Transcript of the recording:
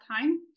time